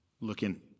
looking